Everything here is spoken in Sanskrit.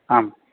आम्